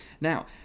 Now